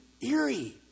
eerie